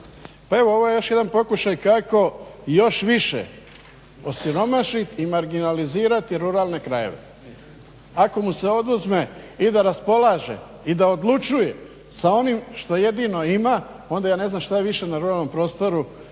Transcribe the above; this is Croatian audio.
Pa evo ovo je još jedan pokušaj kako još više osiromašiti i marginalizirati ruralne krajeve. Ako mu se oduzme i da raspolaže i da odlučuje sa onim što jedino ima onda ja ne znam što više na ruralnom prostoru